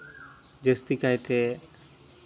ᱡᱟᱹᱥᱛᱤ ᱠᱟᱭᱛᱮ